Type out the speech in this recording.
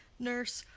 nurse.